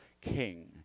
king